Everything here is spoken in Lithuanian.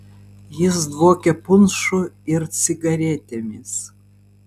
jis dvokė punšu ir cigaretėmis